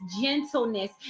gentleness